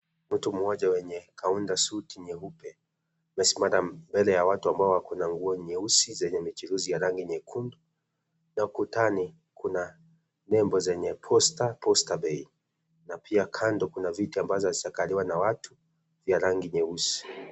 Mtu mmoja mwenye kaunda suti nyeupe amesimama mbele ya watu ambao wako nguo nyeusi zenye michiruzi ya rangi nyekundu na ukutani kuna nembo zenye posta,(cs)poster bay(cs) na pia kando kuna viti ambazo hazijakaliwa na watu vya rangi nyeusi.